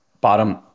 bottom